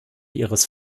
ihres